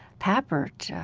pappert,